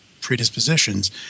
predispositions